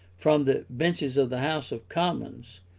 from the benches of the house of commons,